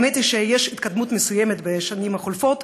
האמת היא שיש התקדמות מסוימת בשנים החולפות,